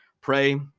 Pray